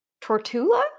Tortula